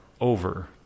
over